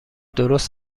درست